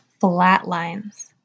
flatlines